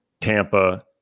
Tampa